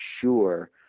sure